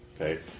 Okay